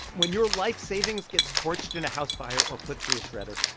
when your life savings gets torched in a house fire or put through a shredder,